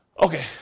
Okay